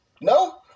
No